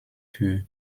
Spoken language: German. für